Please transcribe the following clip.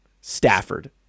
Stafford